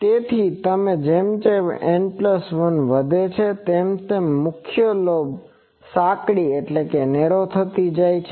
તેથી જેમ જેમ N1 વધે છે તેમ તેમ મુખ્ય લોબ સાંકડી થાય છે